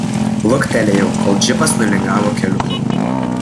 luktelėjau kol džipas nulingavo keliuku